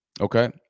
Okay